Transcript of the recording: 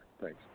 Thanks